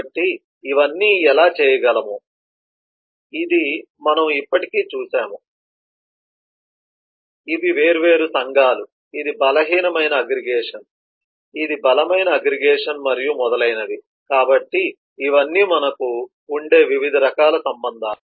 కాబట్టి ఇవన్నీ ఎలా చేయగలవు ఇది మనము ఇప్పటికే చూశాము ఇవి వేర్వేరు సంఘాలు ఇది బలహీనమైన అగ్రిగేషన్ ఇది బలమైన అగ్రిగేషన్ మరియు మొదలైనవి కాబట్టి ఇవన్నీ మనకు ఉండే వివిధ రకాల సంబంధాలు